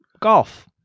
Golf